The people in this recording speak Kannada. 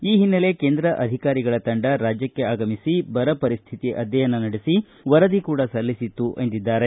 ಈ ಹಿನ್ನೆಲೆಯಲ್ಲಿ ಕೇಂದ್ರ ಅಧಿಕಾರಿಗಳ ತಂಡ ರಾಜ್ಯಕ್ಷೆ ಆಗಮಿಸಿ ಬರ ಪರಿಸ್ಥಿತಿ ಅಧ್ಯಯನ ನಡೆಸಿ ವರದಿ ಕೂಡಾ ಸಲ್ಲಿಸಿತ್ತು ಎಂದಿದ್ದಾರೆ